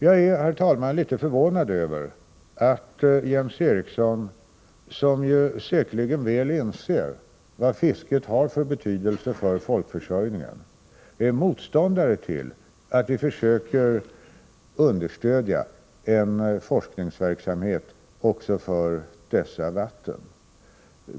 Jag är, herr talman, litet förvånad över att Jens Eriksson, som ju säkerligen välinser vad fisket har för betydelse för folkförsörjningen, är motståndare till att vi försöker understödja en forskningsverksamhet också i dessa vatten.